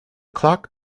clock